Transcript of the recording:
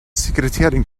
sekretärin